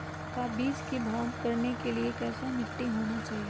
का बीज को भाव करने के लिए कैसा मिट्टी होना चाहिए?